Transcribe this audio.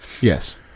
Yes